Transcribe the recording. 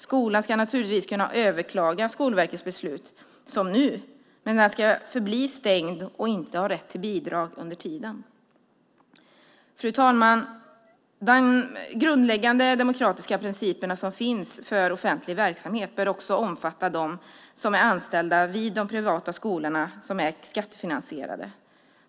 Skolan ska naturligtvis kunna överklaga Skolverkets beslut som nu, men den ska förbli stängd och inte ha rätt till bidrag under tiden. Fru talman! De grundläggande demokratiska principer som finns för offentlig verksamhet bör också omfatta dem som är anställda vid de privata skolor som är skattefinansierade.